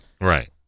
Right